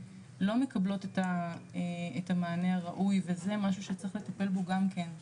לא מקבלות את המענה הראוי וזה משהו שצריך לטפל בו גם כן.